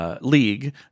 league